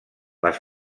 les